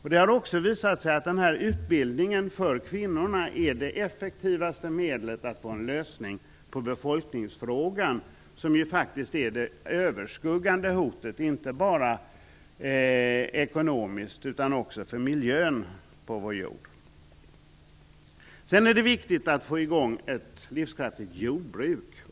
Det har visat sig att utbildning för kvinnor är det effektivaste medlet för att få en lösning på befolkningsfrågan, som faktiskt är det allt överskuggande hotet, inte bara ekonomiskt utan också för miljön på vår jord. Det är också viktigt att få i gång ett livskraftigt jordbruk.